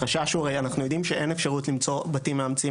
הרי אנחנו יודעים שאין אפשרות למצוא בתים מאמצים